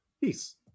Peace